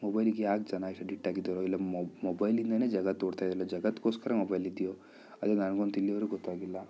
ಮೊಬೈಲಿಗೆ ಯಾಕೆ ಜನ ಅಡಿಕ್ಟ್ ಆಗಿದ್ದಾರೊ ಇಲ್ಲ ಮೊಬೈಲಿಂದಲೇ ಜಗತ್ತು ಓಡ್ತಾ ಜಗತ್ತಿಗೋಸ್ಕರ ಮೊಬೈಲ್ ಇದೆಯೋ ಅದೇ ನನಗಂತೂ ಇಲ್ಲಿವರ್ಗೆ ಗೊತ್ತಾಗಿಲ್ಲ